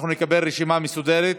אנחנו נקבל רשימה מסודרת.